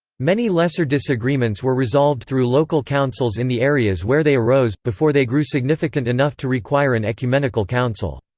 many lesser disagreements were resolved through local councils in the areas where they arose, before they grew significant enough to require an ecumenical council.